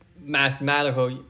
mathematical